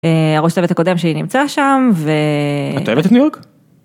הראש צוות הקודם שלי נמצא שם ו...את אוהבת את ניו יורק?